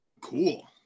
Cool